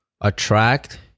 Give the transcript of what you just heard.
attract